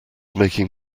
making